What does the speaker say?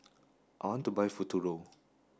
I want to buy Futuro